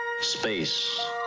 Space